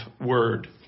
word